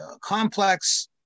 complex